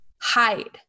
Hide